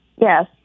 Yes